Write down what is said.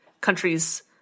countries